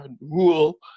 rule